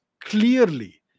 clearly